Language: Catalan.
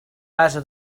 ase